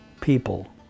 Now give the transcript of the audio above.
people